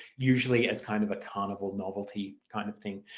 usually as kind of a carnival novelty kind of thing.